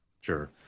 Sure